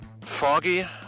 Foggy